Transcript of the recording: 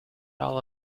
all